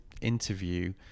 interview